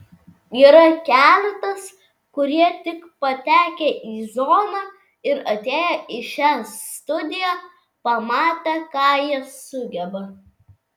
yra keletas kurie tik patekę į zoną ir atėję į šią studiją pamatė ką jie sugeba